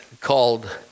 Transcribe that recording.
called